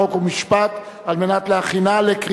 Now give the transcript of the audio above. חוק ומשפט נתקבלה.